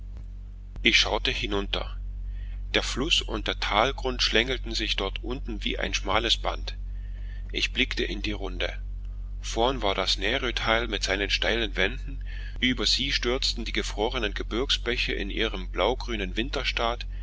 ich schaute hinunter der fluß und der talgrund schlängelten sich dort unten wie ein schmales band ich blickte in die runde vorn war das närötal mit seinen steilen wänden über sie stürzten die gefrorenen gebirgsbäche in ihrem blaugrünen winterstaat